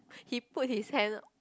he put his hand